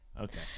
Okay